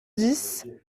dix